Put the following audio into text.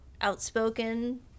outspoken